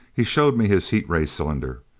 he showed me his heat ray cylinder.